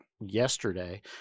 yesterday